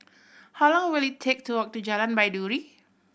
how long will it take to walk to Jalan Baiduri